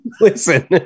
Listen